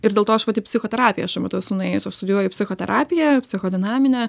ir dėl to aš vat į psichoterapiją šiuo metu esu nuėjus aš studijuoju psichoterapiją psichodinaminę